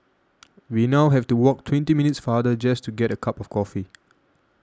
we now have to walk twenty minutes farther just to get a cup of coffee